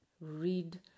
read